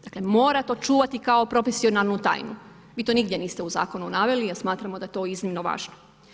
Dakle mora to čuvati kao profesionalnu tajnu, vi to nigdje niste u zakonu naveli, a smatramo da je to iznimno važno.